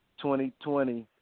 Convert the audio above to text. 2020